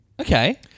Okay